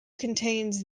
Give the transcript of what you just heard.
contains